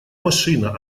машина